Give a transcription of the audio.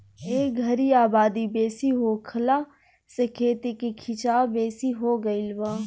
ए घरी आबादी बेसी होखला से खेती के खीचाव बेसी हो गई बा